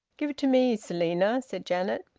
give it to me, selina, said janet.